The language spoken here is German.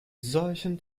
solchen